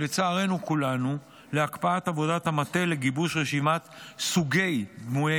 לצערנו כולנו להקפאת עבודת המטה לגיבוש רשימת סוגי דמויי